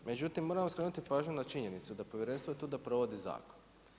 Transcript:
Međutim, moram vam skrenuti pažnju na činjenicu da povjerenstvo je tu da provodi zakon.